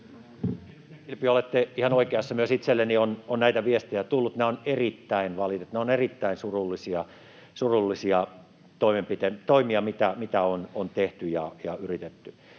olette ihan oikeassa. Myös itselleni on näitä viestejä tullut. Nämä ovat erittäin valitettavia, ne ovat erittäin surullisia toimia, mitä on tehty ja yritetty.